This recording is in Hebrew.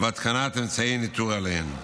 והתקנת אמצעי ניטור עליהן.